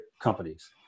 companies